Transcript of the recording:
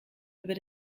über